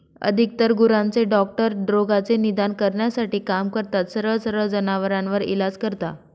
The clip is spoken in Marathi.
अधिकतर गुरांचे डॉक्टर रोगाचे निदान करण्यासाठी काम करतात, सरळ सरळ जनावरांवर इलाज करता